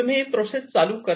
तुम्ही प्रोसेस चालू करता